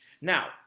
now